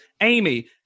Amy